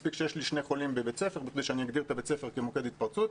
מספיק שיש לי שני חולים בבית ספר כדי שאגדיר את בית הספר כמוקד התפרצות,